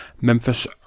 Memphis